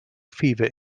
fever